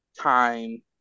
time